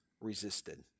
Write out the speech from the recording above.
resisted